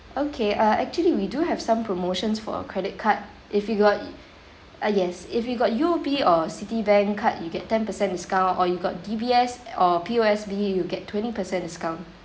okay uh actually we do have some promotions for uh credit card if you got u~ uh yes if you got U_O_B or citibank card you get ten percent discount or you got D_B_S uh or P_O_S_B you get twenty percent discount